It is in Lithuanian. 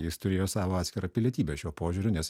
jis turėjo savo atskirą pilietybę šiuo požiūriu nes